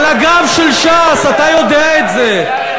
על הגב של ש"ס, אתה יודע את זה.